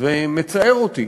ומצער אותי